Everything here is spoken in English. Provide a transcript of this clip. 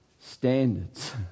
standards